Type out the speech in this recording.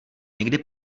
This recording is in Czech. někdy